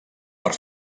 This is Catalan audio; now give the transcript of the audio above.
per